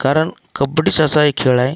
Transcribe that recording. कारण कबड्डीस असा एक खेळ आहे